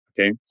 Okay